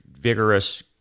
vigorous